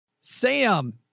Sam